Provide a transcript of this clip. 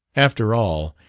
after all,